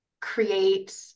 create